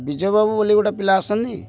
ବିଜୟବାବୁ ବୋଲି ଗୋଟେ ପିଲା ଆସେନି